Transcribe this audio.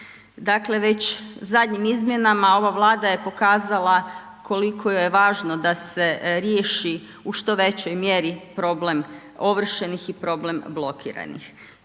Dakle već zadnjim izmjenama ova Vlada je pokazala koliko je važno da se riješi u što većoj mjeri problem ovršenih i problem blokiranih.